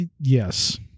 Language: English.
Yes